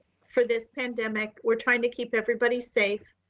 for this pandemic. we're trying to keep everybody safe,